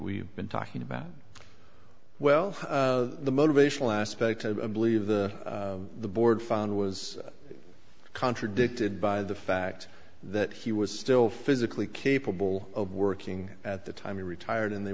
we've been talking about well the motivational aspect i believe the board found was contradicted by the fact that he was still physically capable of working at the time he retired and they